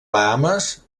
bahames